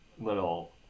little